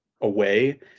away